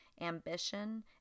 ambition